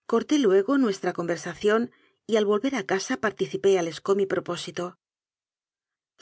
bastócorté luego nuestra conversación y al volver a casa participé a lescaut mi propósito